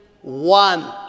one